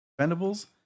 Vendables